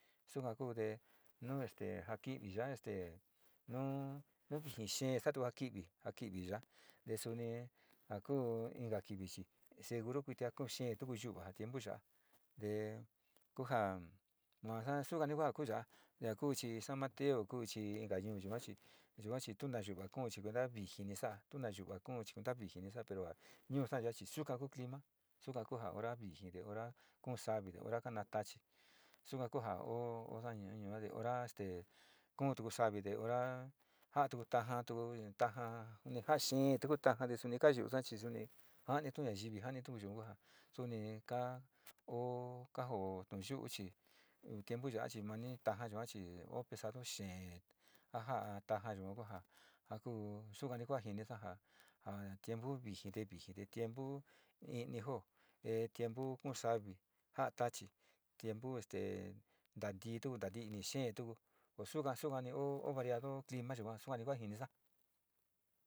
Suka kuute nu te a kivi ya'a te nu vijii xee saatu a kivi, a kivi yaa te suni a ku inka kivi chi seguro kuitia ja kuu xeetu yu'uvavi tiempo ya'a te kuja masukani ku ja ya'a ja kuu chi san mateo chi inka nuu yuga chi yua tu na yu'uva kuu kuenta viji ni sa'a tuna yu'uva kuu chi kuentani vijii ni sa'a pero a ñuusa yachi ku clima suka ku hora vijii te hora kuu savi, te ora kana tachi suka kuja o nara ñua, ñua hora este kuu tu savi, te hora ja'aa tu taaja tu taja ja xee tugo taja te suni kayu'utusaa chi suni ja'anitu nayivi, janitu yuga sani ka' kajo su'u chi tiempo ya'a mani tajachi o pesado xee ja ja'a taaja ja kuu sukani kuu ja jinisa ja tiempo vijii, te vijii, te tiempo i'ini jo e tiempu kuu savi, ja'a tachi, tiempu este ntandiitu, vijii xee tugu o suka, suka o variado clima suka, suani kujinisa.